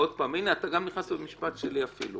הנה, אתם גם נכנס לדברים שלי אפילו.